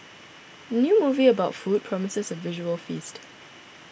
new movie about food promises a visual feast